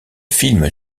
film